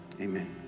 Amen